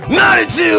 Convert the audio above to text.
92